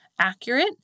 accurate